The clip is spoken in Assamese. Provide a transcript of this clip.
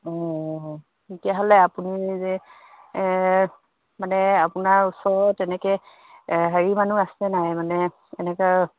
অঁ তেতিয়াহ'লে আপুনি যে মানে আপোনাৰ ওচৰত এনেকৈ হেৰি মানুহ আছে নাই মানে এনেকৈ